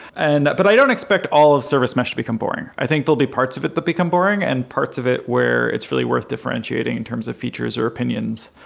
and but i don't expect all of service meshes to become boring. i think they'll be parts of it that become boring and parts of it where it's really worth differentiating in terms of features or opinions.